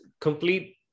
complete